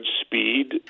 speed